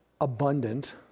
abundant